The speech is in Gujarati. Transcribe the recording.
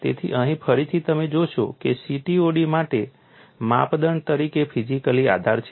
તેથી અહીં ફરીથી તમે જોશો કે CTOD માટે માપદંડ તરીકે ફિઝિકલી આધાર છે